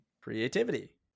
creativity